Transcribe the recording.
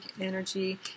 energy